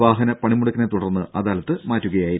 വാഹന പണിമുടക്കിനെ തുടർന്ന് അദാലത്ത് മാറ്റുകയായിരുന്നു